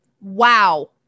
Wow